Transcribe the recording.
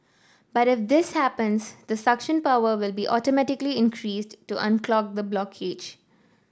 but if this happens the suction power will be automatically increased to unclog the blockage